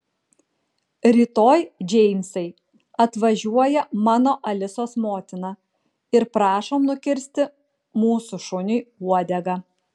rytoj džeimsai atvažiuoja mano alisos motina ir prašom nukirsti mūsų šuniui uodegą